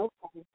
Okay